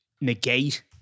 negate